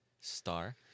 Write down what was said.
star